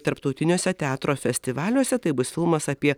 tarptautiniuose teatro festivaliuose tai bus filmas apie